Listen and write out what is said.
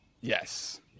Yes